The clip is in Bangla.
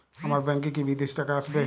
আমার ব্যংকে কি বিদেশি টাকা আসবে?